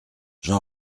j’en